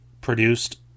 produced